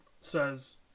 says